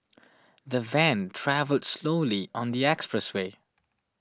the van travelled slowly on the expressway